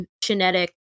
genetic